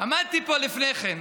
עמדתי פה לפני כן.